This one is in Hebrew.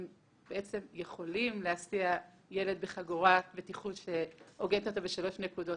הם בעצם יכולים להסיע ילד בחגורת בטיחות כשהיא מעוגנת שלוש נקודות.